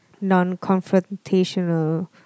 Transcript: non-confrontational